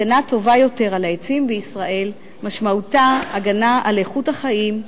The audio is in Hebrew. הגנה טובה יותר על העצים בישראל משמעותה הגנה על איכות החיים,